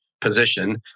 position